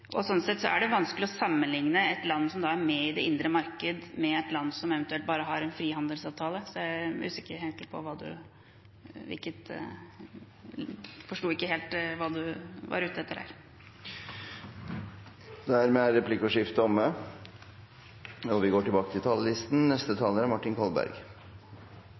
Sånn sett er det vanskelig å sammenligne et land som er med i det indre marked, med et land som eventuelt bare har en frihandelsavtale, så jeg forsto ikke helt hva representanten var ute etter der. Replikkordskiftet er dermed omme. Jeg mener at statsrådens redegjørelse slik vi hørte den da den ble framført, var en god understrekning av hvor viktig EØS-avtalen er